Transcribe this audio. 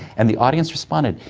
and the audience responded.